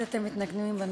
אבל